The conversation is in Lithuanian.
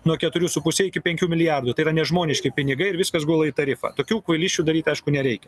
nuo keturių su puse iki penkių milijardų tai yra nežmoniški pinigai ir viskas gula į tarifą tokių kvailysčių daryt aišku nereikia